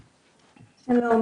שלום.